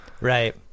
Right